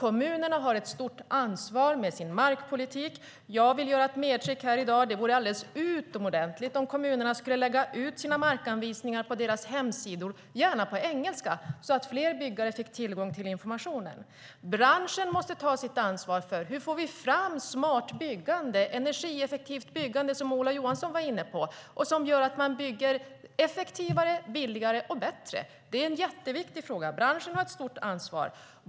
Kommunerna har också ett stort ansvar med sin markpolitik, och jag vill göra ett medskick. Det vore utomordentligt bra om kommunerna lade ut sina markanvisningar på sina hemsidor, gärna på engelska, så att fler byggare fick tillgång till informationen. Branschen måste ta sitt ansvar för hur man får fram det smarta och energieffektiva byggande som Ola Johansson var inne på som gör att man bygger effektivare, billigare och bättre. Det är en viktig fråga, och här har branschen ett stort ansvar.